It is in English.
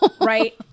Right